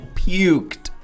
puked